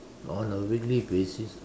on a weekly basis